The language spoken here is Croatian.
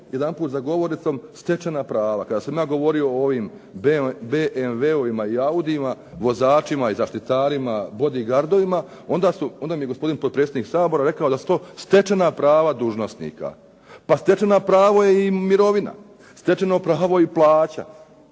jedanput ovdje za govornicom stečena prava. Kada sam ja govorio o ovim BMW-ima i Audi-ima, vozačima i zaštitarima, bodyguardovima onda mi je gospodin predsjednik Sabora rekao da su to stečena prava dužnosnika. Pa stečeno pravo je i mirovina, stečeno pravo je i plaća